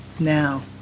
Now